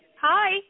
Hi